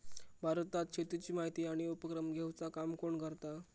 भारतात शेतीची माहिती आणि उपक्रम घेवचा काम कोण करता?